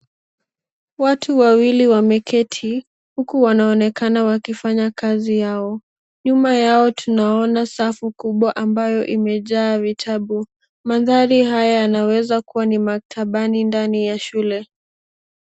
Watu wawili wameketi huku wanaonekana wakifanya kazi yao. Nyuma yao tunaona safu kubwa ambayo imejaa vitabu. Mandhari haya yanaweza kuwa ni maktabani ndani ya shule.